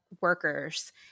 workers